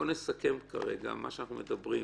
בואו נסכם כרגע את מה שאנחנו מדברים,